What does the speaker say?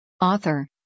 Author